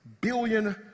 billion